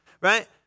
right